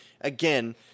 again